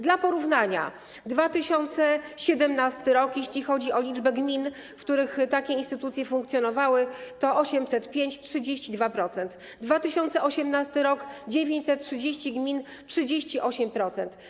Dla porównania: w 2017 r., jeśli chodzi o liczbę gmin, w których takie instytucje funkcjonowały, to 805, 32%, w 2018 r. - 930 gmin, 38%.